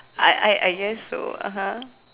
I I I guess so (uh huh)